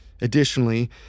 Additionally